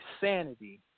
sanity